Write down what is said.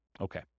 Okay